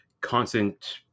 constant